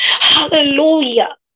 Hallelujah